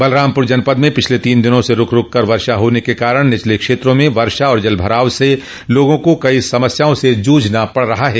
बलरामपुर जनपद में पिछले तीन दिनों से रूक रूक कर बर्षा होने के कारण निचले क्षेत्रा में वर्षा और जल भराव से लोगों को कई समस्याओं से जूझना पड़ रहा है